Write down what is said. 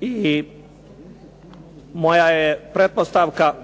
i moja je pretpostavka